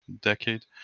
decade